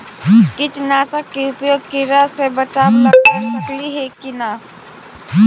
कीटनाशक के उपयोग किड़ा से बचाव ल कर सकली हे की न?